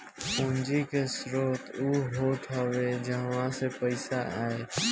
पूंजी के स्रोत उ होत हवे जहवा से पईसा आए